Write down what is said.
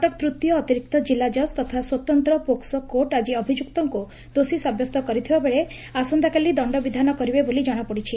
କଟକ ତୂତୀୟ ଅତିରିକ୍ତ ଜିଲ୍ଲା ଜକ୍ ତଥା ସ୍ୱତନ୍ତ ପୋକ୍ୱୋ କୋର୍ଟ ଆକି ଅଭିଯୁକ୍ତଙ୍କୁ ଦୋଷୀ ସାବ୍ୟସ୍ତ କରିଥିବାବେଳେ ଆସନ୍ତାକାଲି ଦଶ୍ତବିଧାନ କରିବେ ବୋଲି ଜଣାପଡିଛି